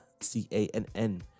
C-A-N-N